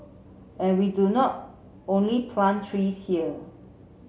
and we do not only plant trees here